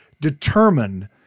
determine